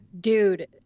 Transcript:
dude